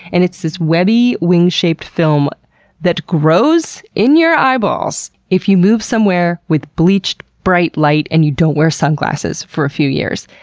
and it's this webby, wing shaped film that grows in your eyeballs if you move somewhere with bleached, bright light and you don't wear sunglasses for a few years.